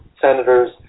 senators